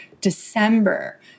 December